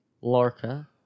Lorca